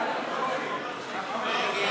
אלקטרונית.